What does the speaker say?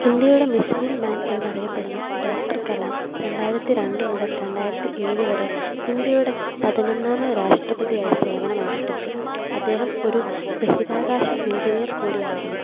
ഇന്ത്യയുടെ missile man എന്നറിയപ്പെടുന്ന doctor Kalam രണ്ടായിരത്തി രണ്ട് മുതൽ രണ്ടായിരത്തി ഏഴ് വരെ ഇന്ത്യയുടെ പതിനൊന്നാമത് രാഷ്ട്രപതിയായി സേവനമനുഷ്ഠിച്ചു അദ്ദേഹം ഒരു ബഹിരാകാശ എഞ്ചിനീയർ കൂടി ആയിരുന്നു